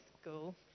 school